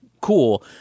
cool